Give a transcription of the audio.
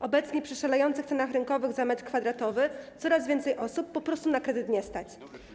Obecnie, przy szalejących cenach rynkowych za metr kwadratowy, coraz więcej osób po prostu na kredyt nie stać.